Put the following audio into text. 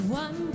one